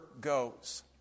goes